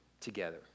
together